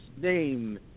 name